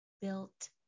built